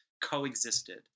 coexisted